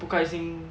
不开心